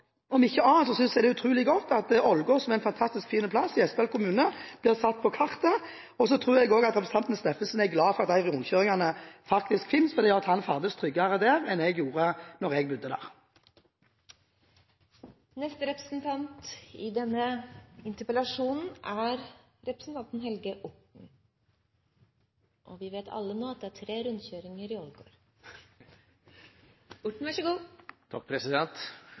om ikke annet synes jeg det er utrolig godt at Ålgård, som er en fantastisk fin plass i Gjesdal kommune, er satt på kartet, og så tror jeg også at representanten Steffensen er glad for at disse rundkjøringene faktisk finnes, for han ferdes tryggere der nå enn jeg gjorde da jeg bodde der. Og vi vet alle nå at det er tre rundkjøringer i